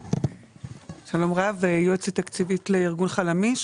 שלום רב, יועצת תקציבית לארגון חלמי"ש.